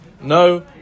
No